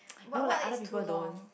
but what is too long